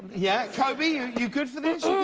yeah kobe are you good for this?